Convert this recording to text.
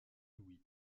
louis